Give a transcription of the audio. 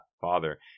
father